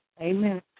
Amen